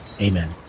Amen